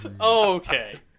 Okay